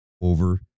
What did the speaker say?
over